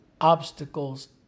obstacles